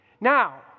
Now